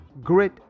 grit